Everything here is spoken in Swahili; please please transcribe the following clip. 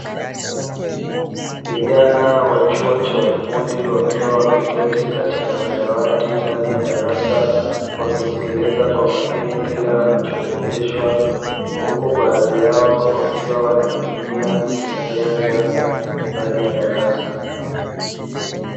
Vijana wa chuo cha ufundi wakiwa wameketi katika madawati ndani ya darasa wakasikiliza kwa makini kile wanachofundishwa huko baadhi yao wakiwa wanatumia simu janja ndani ya darasa.